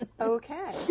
Okay